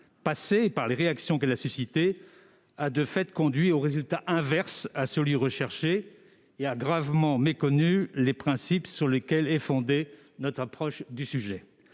passés et par les réactions qu'elle a suscitées, a, de fait, conduit au résultat inverse de celui qui était recherché, et a gravement méconnu les principes sur lesquels est fondée notre approche du sujet.